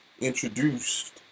introduced